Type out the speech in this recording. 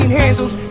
handles